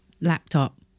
laptop